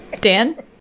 Dan